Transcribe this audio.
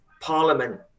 parliament